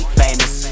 famous